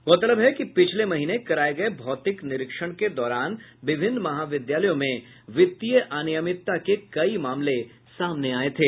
गौरतलब है कि पिछले महीने कराये गये भौतिक निरीक्षण के दौरान विभिन्न महाविद्यालयों में वित्तीय अनियमितता के कई मामले सामने आये थे